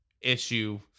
issue